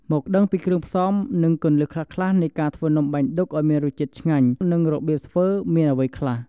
មកដឹងពីគ្រឿងផ្សំនិងគន្លឹះខ្លះៗនៃការធ្វើនំបាញ់ឌុកឲ្យមានរសជាតិឆ្ងាញ់និងរប្រៀបធ្វើមានអ្វីខ្លះ។